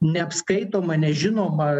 neapskaitoma nežinoma